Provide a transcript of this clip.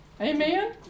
Amen